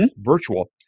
virtual